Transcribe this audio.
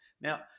Now